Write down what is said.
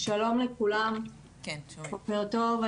שלום לכולם ובוקר טוב.